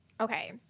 Okay